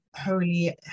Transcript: holy